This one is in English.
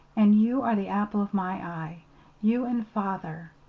and you are the apple of my eye you and father.